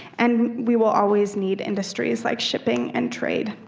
and we will always need industries like shipping and trade,